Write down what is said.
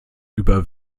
über